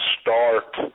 start